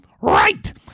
right